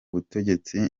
butegetsi